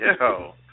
yo